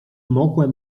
mogłem